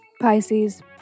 Pisces